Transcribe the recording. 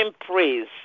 praise